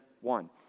one